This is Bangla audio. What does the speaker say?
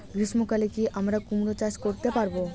গ্রীষ্ম কালে কি আমরা কুমরো চাষ করতে পারবো?